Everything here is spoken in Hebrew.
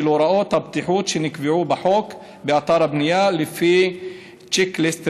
הוראות הבטיחות שנקבעו בחוק באתר הבנייה לפי צ'ק ליסט,